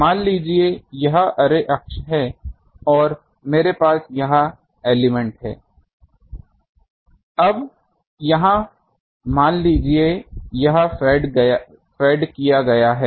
मान लीजिए यह अर्रे अक्ष है और मेरे पास यहां एलिमेंट हैं अब यहां मान लीजिए यह फेड किया गया है